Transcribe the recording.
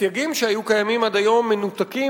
הסייגים שהיו קיימים עד היום מנותקים